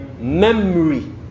memory